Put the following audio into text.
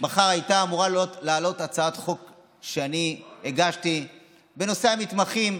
שמחר הייתה אמורה לעלות הצעת חוק שאני הגשתי בנושא המתמחים,